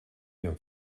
нем